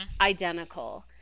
identical